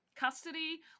custody